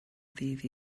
ddydd